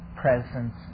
presence